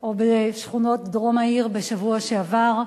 או בשכונות דרום העיר בשבוע שעבר,